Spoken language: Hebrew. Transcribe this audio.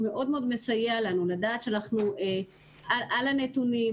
מאוד מאוד מסייע לנו לדעת שאנחנו על הנתונים,